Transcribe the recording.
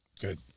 Good